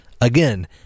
Again